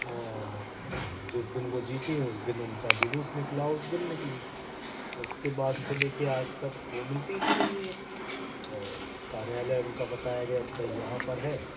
और जिस दिन वह जीतीं उस दिन का जुलूस निकाला उस दिन निकली उसके बाद से लेकर आज तक आज तक वह मिलती ही नहीं है और कार्यालय उनका बताया गया कि भाई यहाँ पर है